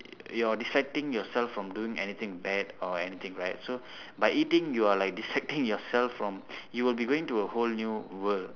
you're distracting yourself from doing anything bad or anything right so by eating you are like distracting yourself from you'll be going into a whole new world